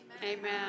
Amen